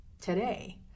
today